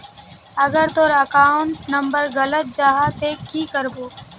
अगर तोर account number गलत जाहा ते की करबो?